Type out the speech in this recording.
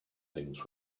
things